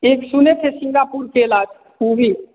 एक सुने थे सिंगापुर केला वह भी